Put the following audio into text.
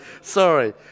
sorry